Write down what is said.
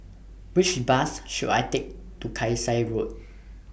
Which Bus should I Take to Kasai Road